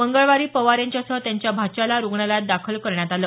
मंगळवारी पवार यांच्यासह त्यांच्या भाच्याला रुग्णालयात दाखल करण्यात आलं